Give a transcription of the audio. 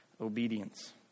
obedience